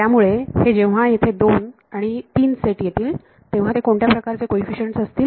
त्यामुळे हे जेव्हा येथे दोन आणि तीन सेट येतील तेव्हा ते कोणत्या प्रकारचे कोईफिशंटस असतील